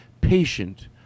patient